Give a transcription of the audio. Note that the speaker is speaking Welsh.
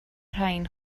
rain